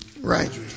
Right